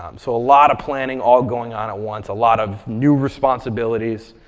um so a lot of planning all going on at once. a lot of new responsibilities.